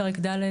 פרק ד',